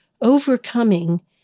overcoming